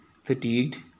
fatigued